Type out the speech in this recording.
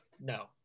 No